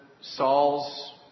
Saul's